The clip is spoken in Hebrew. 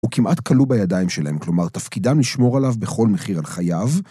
‫הוא כמעט כלוא בידיים שלהם, ‫כלומר, תפקידם לשמור עליו ‫בכל מחיר על חייו.